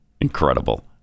Incredible